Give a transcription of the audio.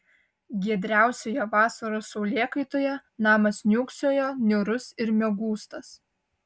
giedriausioje vasaros saulėkaitoje namas niūksojo niūrus ir miegūstas